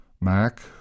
Mac